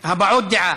הבעות דעה.